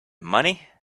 money